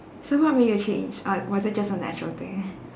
so what made you change or was it just a natural thing